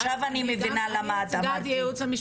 עכשיו אני מבינה למה את אמרת לי --- לא,